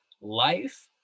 life